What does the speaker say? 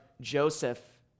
Joseph